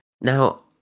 now